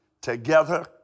Together